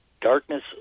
darkness